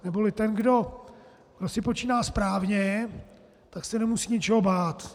Neboli ten, kdo si počíná správně, se nemusí ničeho bát.